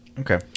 okay